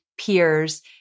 peers